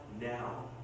now